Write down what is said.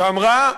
שאמרה,